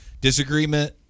disagreement